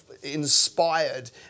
inspired